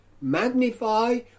Magnify